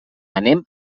anem